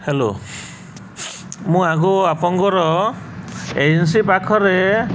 hello ମୁଁ ଆଗକୁ ଆପଣଙ୍କର ଏଜେନ୍ସି ପାଖରେ